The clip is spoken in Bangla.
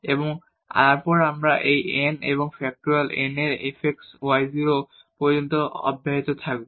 এবং তারপর এটি এই n এবং ফ্যাক্টরিয়াল n এবং fx 0 y 0 পর্যন্ত অব্যাহত থাকবে